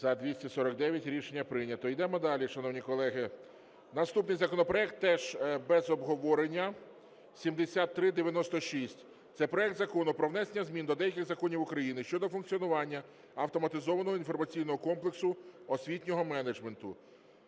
За-249 Рішення прийнято. Йдемо далі, шановні колеги. Наступний законопроект теж без обговорення, 7396. Це проект Закону про внесення змін до деяких законів України щодо функціонування Автоматизованого інформаційного комплексу освітнього менеджменту.